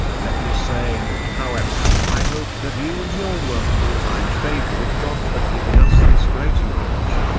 let me say, however i hope that you and your work will find favor with god for giving us this great knowledge.